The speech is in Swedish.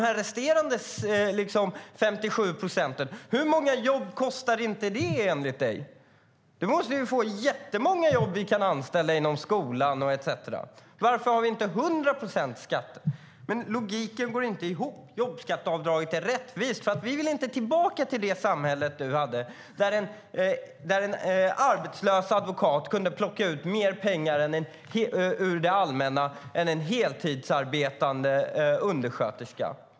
Hur många jobb kostar inte de resterande 57 procenten? Vi måste få jättemånga jobb inom skolan etcetera. Varför har vi som sagt inte 100 procent i skatt? Logiken går inte hop. Jobbskatteavdraget är rättvist. Vi vill inte tillbaka till det samhälle där en arbetslös advokat kunde plocka ut mer pengar, ur det allmänna, än en heltidsarbetande undersköterska.